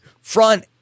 front